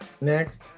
next